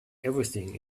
everything